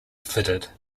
fitted